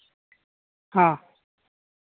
ᱦᱮᱸ